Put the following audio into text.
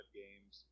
games